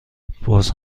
باز